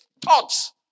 thoughts